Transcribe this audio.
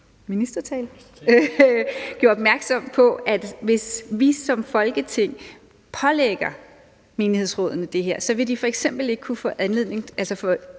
ministertale gjorde opmærksom på, at hvis vi som Folketing pålægger menighedsrådene det her, vil de f.eks. ikke kunne få bidrag for det